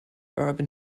urban